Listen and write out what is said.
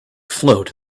float